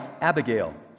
Abigail